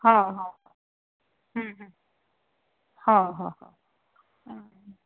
हा हा हम्म हम्म हा हा हा